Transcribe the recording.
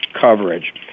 coverage